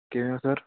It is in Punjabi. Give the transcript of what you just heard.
ਕਿਵੇਂ ਹੋ ਸਰ